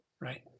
right